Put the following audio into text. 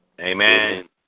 Amen